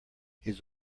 his